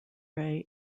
ray